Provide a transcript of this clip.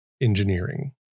engineering